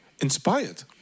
inspired